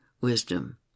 wisdom